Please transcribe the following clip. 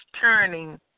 turning